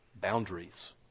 boundaries